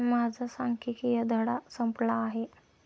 माझा सांख्यिकीय धडा संपला आहे